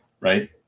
right